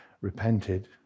repented